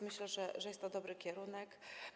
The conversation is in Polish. Myślę więc, że jest to dobry kierunek.